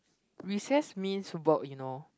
recess means work you know